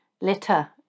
litter